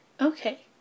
Okay